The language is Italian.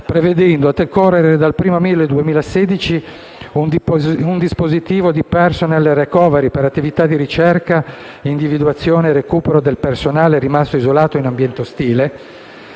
prevedendo, a decorrere dal 1° aprile 2016, un dispositivo di *personnel recovery* per attività di ricerca, individuazione e recupero del personale rimasto isolato in ambiente ostile,